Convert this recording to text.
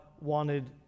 wanted